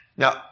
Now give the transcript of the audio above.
Now